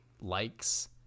likes